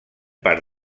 part